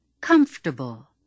comfortable